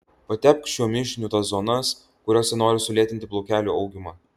patepk šiuo mišiniu tas zonas kuriose nori sulėtinti plaukelių augimą